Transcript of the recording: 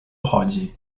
chodzi